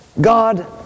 God